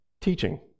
teaching